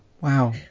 Wow